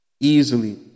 easily